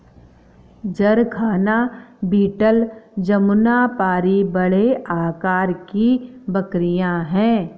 जरखाना बीटल जमुनापारी बड़े आकार की बकरियाँ हैं